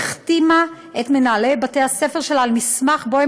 היא החתימה את מנהלי בתי-הספר שלה על מסמך שבו הם